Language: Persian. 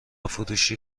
فروشی